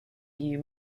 you